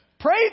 Pray